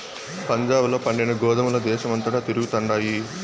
పంజాబ్ ల పండిన గోధుమల దేశమంతటా తిరుగుతండాయి